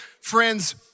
friends